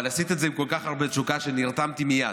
אבל עשית את זה עם כל כך הרבה תשוקה שנרתמתי מייד.